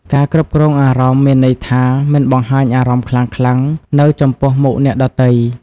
ការគ្រប់គ្រងអារម្មណ៍មានន័យថា មិនបង្ហាញអារម្មណ៍ខ្លាំងៗនៅចំពោះមុខអ្នកដទៃ។